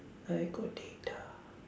I got data